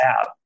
app